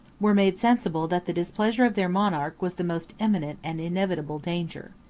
were made sensible that the displeasure of their monarch was the most imminent and inevitable danger.